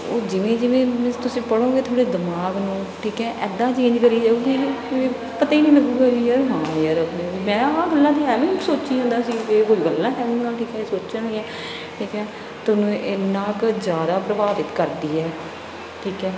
ਉਹ ਜਿਵੇਂ ਜਿਵੇਂ ਮੀਨਜ਼ ਤੁਸੀਂ ਪੜ੍ਹੋਗੇ ਤੁਹਾਡੇ ਦਿਮਾਗ ਨੂੰ ਠੀਕ ਹੈ ਇੱਦਾਂ ਚੇਂਜ ਕਰੀ ਜਾਊਗੀ ਵੀ ਵੀ ਪਤਾ ਹੀ ਨਹੀਂ ਲੱਗੇਗਾ ਵੀ ਯਾਰ ਹਾਂ ਯਾਰ ਮੈਂ ਆਹ ਗੱਲਾਂ ਦੀ ਐਂਵੀ ਸੋਚੀ ਜਾਂਦਾ ਸੀ ਵੀ ਇਹ ਕੋਈ ਗੱਲਾਂ ਕਿਤੇ ਇਹ ਸੋਚਣ ਵਾਲਿਆਂ ਠੀਕ ਹੈ ਤੁਹਾਨੂੰ ਇੰਨਾਂ ਕੁ ਜ਼ਿਆਦਾ ਪ੍ਰਭਾਵਿਤ ਕਰਦੀ ਹੈ ਠੀਕ ਹੈ